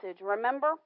remember